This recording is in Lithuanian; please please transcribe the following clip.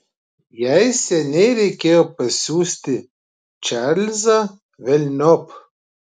jai seniai reikėjo pasiųsti čarlzą velniop